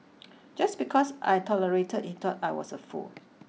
just because I tolerated he thought I was a fool